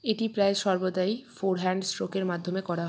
এটি প্রায় সর্বদাই ফোরহ্যাণ্ড স্ট্রোকের মাধ্যমে করা হয়